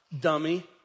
dummy